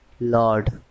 Lord